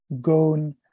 gone